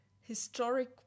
historic